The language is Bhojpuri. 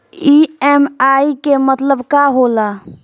ई.एम.आई के मतलब का होला?